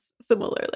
similarly